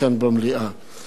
אבל בכל אופן,